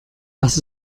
was